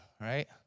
right